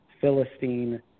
Philistine